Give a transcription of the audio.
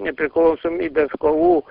nepriklausomybės kovų